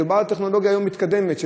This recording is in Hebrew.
מדובר על טכנולוגיה מתקדמת היום,